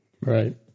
right